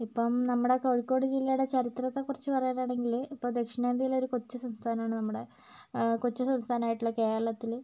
ഇപ്പം നമ്മുടെ കോഴിക്കോട് ജില്ലയുടെ ചരിത്രത്തെക്കുറിച്ച് പറയാനാണെങ്കിൽ ഇപ്പം ദക്ഷിണേന്ത്യയിലെ ഒരു കൊച്ച് സംസ്ഥാനമാണ് നമ്മുടെ കൊച്ച് സംസ്ഥാനമായിട്ടുള്ള കേരളത്തിൽ